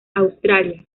australia